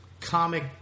comic